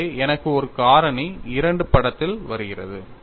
எனவே எனக்கு ஒரு காரணி இரண்டு படத்தில் வருகிறது